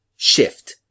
shift